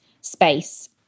space